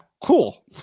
Cool